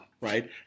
right